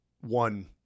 one